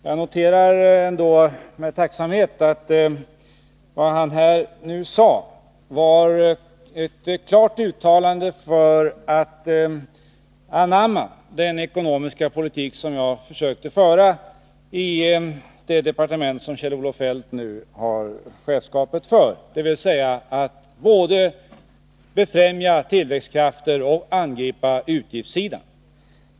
Jag noterar ändå med tacksamhet att vad han här sade var ett klart uttalande för ett anammande av den ekonomiska politik som jag försökte föra i det departement som Kjell-Olof Feldt nu har chefskapet för, dvs. att både befrämja tillväxtkraften och angripa utgiftssidan.